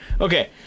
Okay